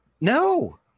No